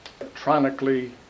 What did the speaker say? electronically